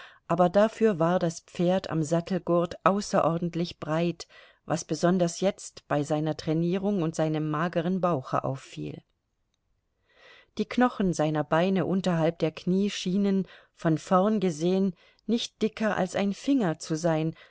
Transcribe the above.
aber dafür war das pferd am sattelgurt außerordentlich breit was besonders jetzt bei seiner trainierung und seinem mageren bauche auffiel die knochen seiner beine unterhalb der knie schienen von vorn gesehen nicht dicker als ein finger zu sein